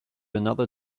another